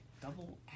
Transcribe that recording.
double